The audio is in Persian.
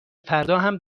فرداهم